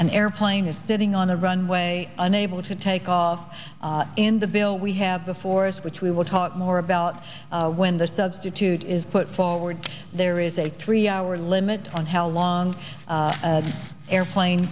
an airplane is sitting on a runway unable to take off in the bill we have the force which we will talk more about when the substitute is put forward there is a three hour limit on how long the airplane